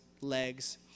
legs